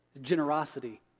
generosity